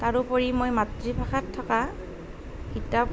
তাৰোপৰি মই মাতৃভাষাত থকা কিতাপ